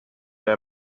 der